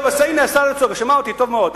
השר הרצוג שמע אותי טוב מאוד,